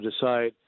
decide